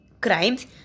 Crimes